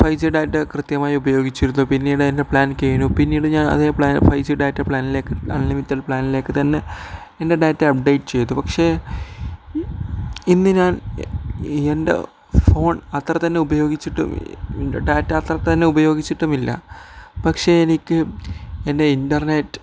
five G data കൃത്യമായി ഉപയോഗിച്ചിരുന്നു പിന്നീട് എൻ്റെ പ്ലാൻ പിന്നീട് ഞാൻ അതേ പ്ലാൻ ഫൈവ് ജി ഡാറ്റ പ്ലാനിലേക്ക് അൺലിമിറ്റഡ് പ്ലാനിലേക്ക് തന്നെ എൻ്റെ ഡാറ്റ അപ്ഡേറ്റ് ചെയ്തു പക്ഷെ ഇന്ന് ഞാൻ എൻ്റെ ഫോൺ അത്ര തന്നെ ഉപയോഗിച്ചിട്ടും ഡാറ്റ അത്ര തന്നെ ഉപയോഗിച്ചിട്ടുമില്ല പക്ഷെ എനിക്ക് എൻ്റെ ഇൻറർനെറ്റ്